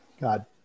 God